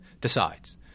decides